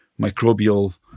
microbial